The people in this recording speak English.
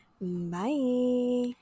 Bye